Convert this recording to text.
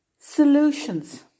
solutions